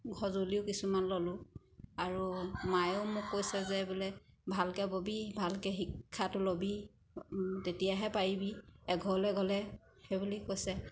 সঁজুলিও কিছুমান ল'লোঁ আৰু মায়েও মোক কৈছে যে বোলে ভালকৈ ব'বি ভালকৈ শিক্ষাটো ল'বি তেতিয়াহে পাৰিবি এঘৰলৈ গ'লে সেইবুলি কৈছে